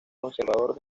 conservador